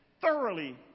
thoroughly